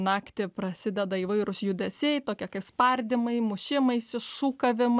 naktį prasideda įvairūs judesiai tokie kaip spardymai mušimaisi šūkavimai